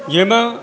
જેમાં